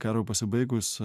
karui pasibaigus